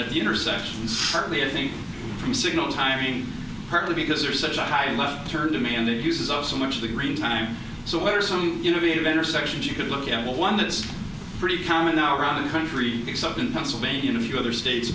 at the intersections partly i think from signal timing partly because they're such a high left turn demanded uses of so much of the green time so what are some innovative intersections you could look at well one it's pretty common now around the country except in pennsylvania a few other states